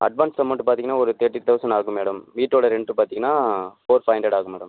advance amount பார்த்தீங்கன்னா ஒரு thirty thousand ஆகும் மேடம் வீட்டோடய ரென்ட்டு பார்த்தீங்கன்னா ஃபோர் ஃபைவ் ஹண்ட்ரட் ஆகும் மேடம்